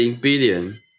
billion